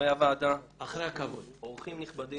חברי הוועדה, אורחים נכבדים.